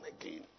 again